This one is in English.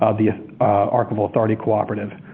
ah the archival authority cooperative.